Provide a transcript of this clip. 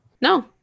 no